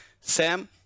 Sam